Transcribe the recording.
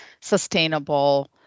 sustainable